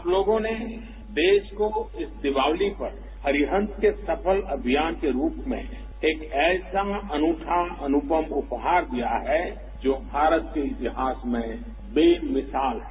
आप लोगों ने देश को इस दीपावली पर अरिहंत के सफल अभियान के रूप में एक ऐसा अनूता अनुपम उपहार दिया है जो भारत के इतिहास में बेमिसाल है